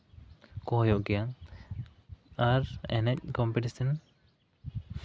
ᱠᱚ ᱦᱩᱭᱩᱜ ᱜᱮᱭᱟ ᱟᱨ ᱮᱱᱮᱡ ᱠᱚᱢᱯᱤᱴᱤᱥᱮᱱ